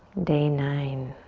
day nine.